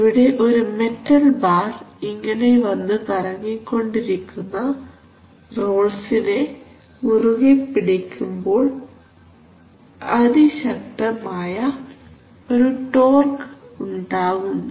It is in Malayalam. ഇവിടെ ഒരു മെറ്റൽ ബാർ ഇങ്ങനെ വന്നു കറങ്ങികൊണ്ടിരിക്കുന്ന റോൾസിനെ മുറുകെ പിടിക്കുമ്പോൾ അതിശക്തമായ ഒരു ടോർഘ് ഉണ്ടാകുന്നു